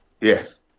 Yes